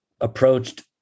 approached